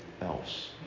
else